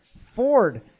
Ford